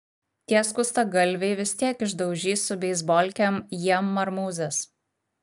tie skustagalviai vis tiek išdaužys su beisbolkėm jiem marmūzes